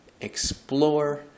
explore